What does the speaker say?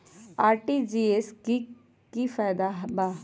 RTGS से की की फायदा बा?